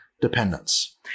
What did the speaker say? dependence